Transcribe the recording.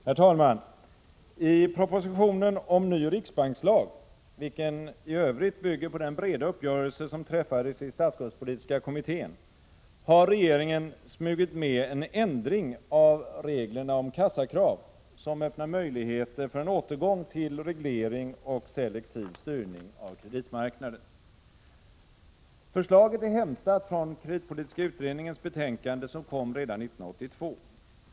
Herr talman! I propositionen om ny riksbankslag, vilken i övrigt bygger på den breda uppgörelse som träffades i statsskuldspolitiska kommittén, har regeringen smugit med en ändring av reglerna om kassakrav som öppnar möjligheter för en återgång till reglering och selektiv styrning av kreditmarknaden. Förslaget är hämtat från kreditpolitiska utredningens betänkande, som kom redan 1982.